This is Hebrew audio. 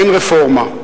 אין רפורמה.